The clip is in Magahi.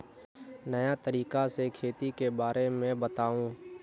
नया तरीका से खेती के बारे में बताऊं?